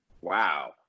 Wow